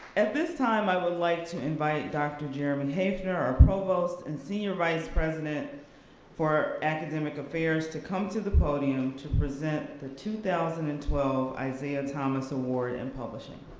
at this time i would like to invite dr. jeremy and haefner, our provost, and senior vice president for academic affairs to come to the podium to present the two thousand and twelve isaiah thomas award in publishing.